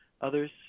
others